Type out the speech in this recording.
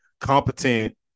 competent